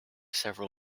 several